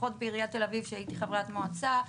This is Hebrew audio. לפחות בעיריית תל אביב כשהייתי חברת מועצה,